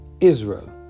Israel